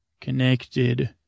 connected